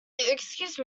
excuse